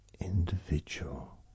individual